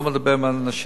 לא מדבר עם האנשים